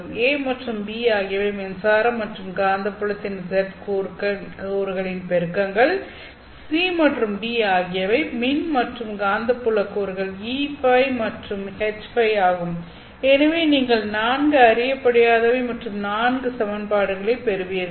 A மற்றும் B ஆகியவை மின்சார மற்றும் காந்தப்புலத்தின் Z கூறுகளின் பெருக்கங்கள் C மற்றும் D ஆகியவை மின் மற்றும் காந்தப்புல கூறுகள் EØ மற்றும் HØ ஆகும் எனவே நீங்கள் 4 அறியப்படாதவை மற்றும் 4 சமன்பாடுகளைப் பெறுவீர்கள்